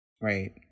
Right